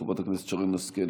חברת הכנסת שרן השכל,